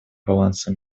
баланса